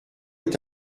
est